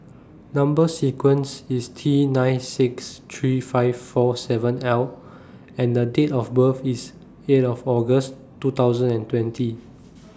Number sequence IS T nine six three five four seven L and The Date of birth IS eight of August two thousand and twenty